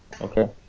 Okay